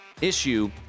issue